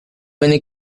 many